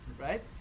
Right